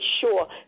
sure